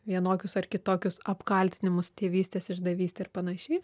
vienokius ar kitokius apkaltinimus tėvystės išdavystė ir panašiai